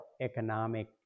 economic